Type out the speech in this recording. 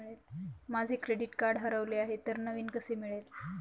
माझे credit card हरवले आहे तर नवीन कसे मिळेल?